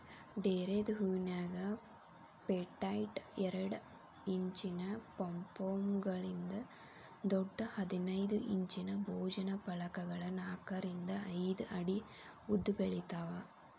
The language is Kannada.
ಡೇರೆದ್ ಹೂವಿನ್ಯಾಗ ಪೆಟೈಟ್ ಎರಡ್ ಇಂಚಿನ ಪೊಂಪೊಮ್ಗಳಿಂದ ದೊಡ್ಡ ಹದಿನೈದ್ ಇಂಚಿನ ಭೋಜನ ಫಲಕಗಳ ನಾಕರಿಂದ ಐದ್ ಅಡಿ ಉದ್ದಬೆಳಿತಾವ